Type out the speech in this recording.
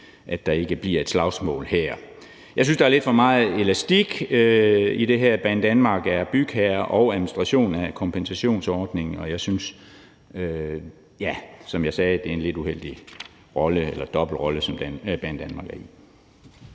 at der ikke bliver et slagsmål her. Jeg synes, der er lidt for meget elastik i det her. Banedanmark er bygherre og administrator af kompensationsordningen, og jeg synes, som jeg sagde, at det er en lidt uheldig dobbeltrolle, som Banedanmark er i.